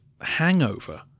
hangover